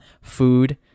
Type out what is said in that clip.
food